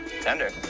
Tender